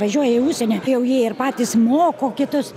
važiuoja į užsienį jau jie ir patys moko kitus